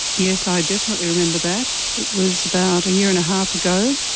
yes, i definitely remember that. it was about a year and a half ago,